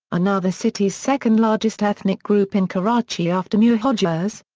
now the city's second largest ethnic group in karachi after muhajirs.